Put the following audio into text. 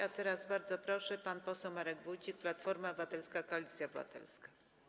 A teraz bardzo proszę, pan poseł Marek Wójcik, Platforma Obywatelska - Koalicja Obywatelska.